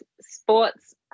sports